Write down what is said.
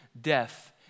death